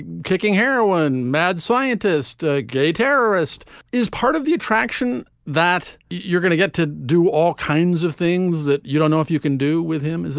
kicking heroin, mad scientist, ah gay terrorist is part of the attraction that you're gonna get to do all kinds of things that you don't know if you can do with him.